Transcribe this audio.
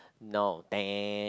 no